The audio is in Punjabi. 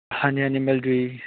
ਹਾਂਜੀ ਹਾਂਜੀ ਮਿਲ ਜਾਊ ਜੀ